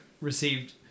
received